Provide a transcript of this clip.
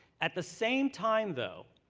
at the same time, though,